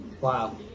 Wow